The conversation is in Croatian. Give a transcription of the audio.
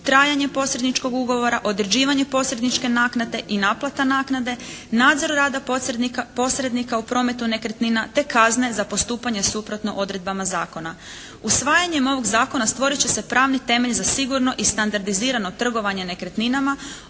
trajanje posredničkog ugovora, određivanje posredničke naknade i naplata naknade, nadzor rada posrednika u prometu nekretnina te kazne za postupanje suprotno odredbama zakona. Usvajanjem ovog zakona stvorit će se pravni temelj za sigurno i standardizirano trgovanje nekretninama,